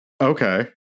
Okay